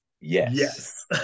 Yes